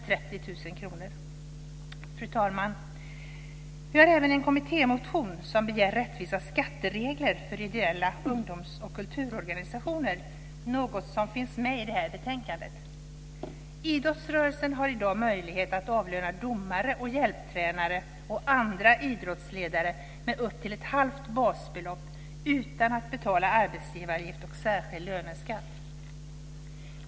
Vi har även en kommittémotion som begär rättvisa skatteregler för ideella ungdoms och kulturorganisationer, en fråga som finns med i det här betänkandet. Idrottsrörelsen har i dag möjlighet att avlöna domare, hjälptränare och andra idrottsledare med upp till ett halvt basbelopp utan att betala arbetsgivaravgift och särskild löneskatt.